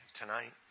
tonight